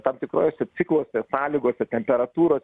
tam tikruose cikluose sąlygose temperatūros